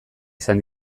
izan